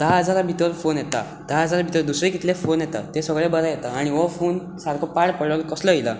धा हजारा भितर फोन येता धा हजारां भितर दुसरे कितले फोन येता ते सगळे बरे येता आनी हो फोन सारको पाड पडलेलो असलो येना